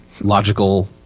logical